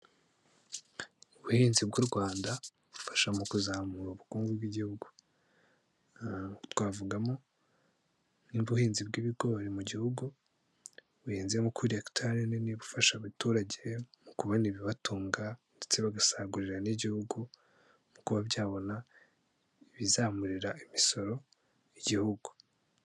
Ubuhinzi bw'u Rwanda bufasha mu kuzamura ubukungu bw'igihugu. Twavugamo nk'ubuhinzi bw'ibigori mu gihugu, buhinze nko kuri hegitari nini bufasha abaturage mu kubona ibibatunga ndetse bagasagurira n'igihugu, mu kuba byabona ibizamurira imisoro igihugu.